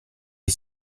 est